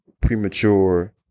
premature